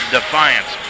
Defiance